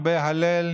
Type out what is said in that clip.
הרבה הלל,